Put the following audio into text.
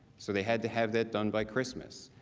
so they had to have it done by christmas.